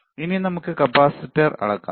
ഇനി നമുക്ക് കപ്പാസിറ്റർ അളക്കാം